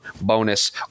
bonus